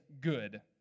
good